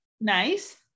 Nice